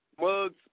mugs